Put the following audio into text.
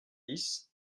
dix